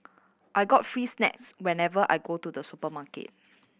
I get free snacks whenever I go to the supermarket